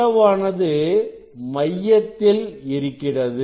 பிளவானது மையத்தில் இருக்கிறது